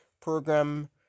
program